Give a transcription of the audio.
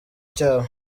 cyabo